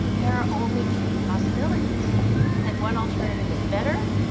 there are only three possibilities that one alternative is better,